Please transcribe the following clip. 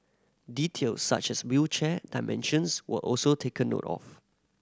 details such as wheelchair dimensions were also taken note of